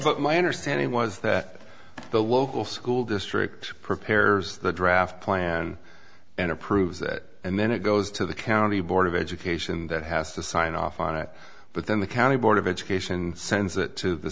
that's my understanding was that the local school district prepares the draft plan and approves it and then it goes to the county board of education that has to sign off on it but then the county board of education sends it to the